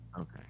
Okay